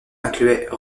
incluaient